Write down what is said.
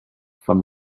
from